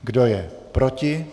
Kdo je proti?